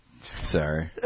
Sorry